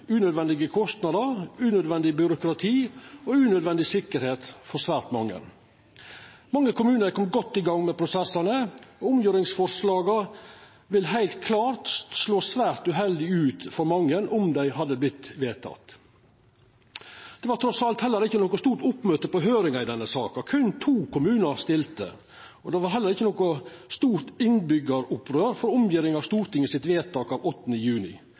unødvendige kostnader, unødvendig byråkrati og unødvendig usikkerheit for svært mange. Mange kommunar er komne godt i gang med prosessane, og omgjeringsforslaga ville heilt klart slått svært uheldig ut for mange om dei hadde vorte vedtekne. Det var trass alt heller ikkje noko stort oppmøte på høyringa i denne saka. Berre to kommunar stilte. Det var heller ikkje noko stort innbyggjaropprør for omgjering av Stortingets vedtak av 8. juni.